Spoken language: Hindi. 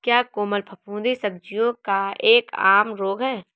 क्या कोमल फफूंदी सब्जियों का एक आम रोग है?